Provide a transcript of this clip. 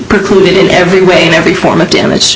precluded in every way and every form of damage